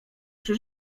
przy